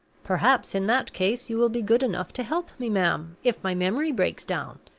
perhaps in that case you will be good enough to help me, ma'am, if my memory breaks down,